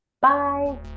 Bye